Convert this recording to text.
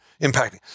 impacting